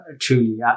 truly